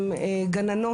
גננות,